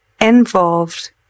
involved